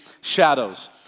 shadows